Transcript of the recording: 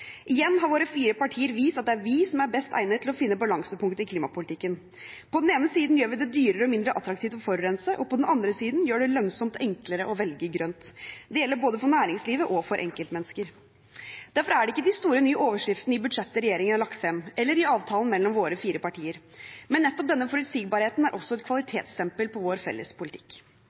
Igjen har våre fire partier vist at det er vi som er best egnet til å finne balansepunktet i klimapolitikken. På den ene siden gjør vi det dyrere og mindre attraktivt å forurense, på den andre siden gjør vi det lønnsomt og enklere å velge grønt. Det gjelder både for næringslivet og for enkeltmennesker. Av den grunn er det ikke de store, nye overskriftene i budsjettet regjeringen har lagt frem, eller i avtalen mellom våre fire partier. Men nettopp denne forutsigbarheten er også et kvalitetsstempel på vår felles politikk.